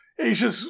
Asia